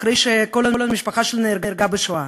אחרי שכל המשפחה שלנו נהרגה בשואה,